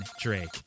Drake